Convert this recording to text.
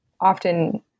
often